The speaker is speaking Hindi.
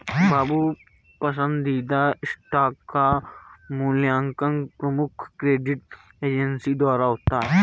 बाबू पसंदीदा स्टॉक का मूल्यांकन प्रमुख क्रेडिट एजेंसी द्वारा होता है